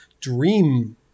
dream